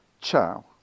Ciao